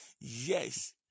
Yes